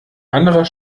anderer